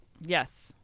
Yes